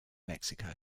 mexico